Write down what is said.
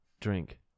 drink